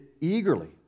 eagerly